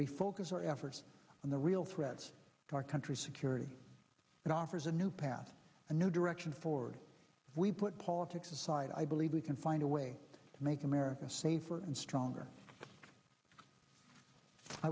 refocus our efforts on the real threats to our country security it offers a new path a new direction forward we put politics aside i believe we can find a way to make america safer and stronger i